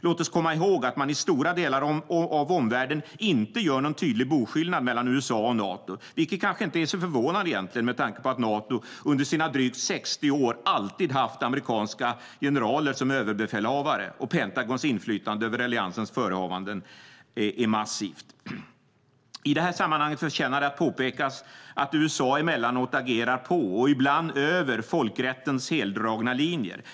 Låt oss komma ihåg att man i stora delar av omvärlden inte gör någon tydlig boskillnad mellan USA och Nato, vilket kanske inte är så förvånande med tanke på att Nato under sina drygt 60 år alltid haft amerikanska generaler som överbefälhavare och att Pentagons inflytande över alliansens förehavanden är massivt. I det här sammanhanget förtjänar det att påpekas att USA emellanåt agerar på och ibland över folkrättens heldragna linjer.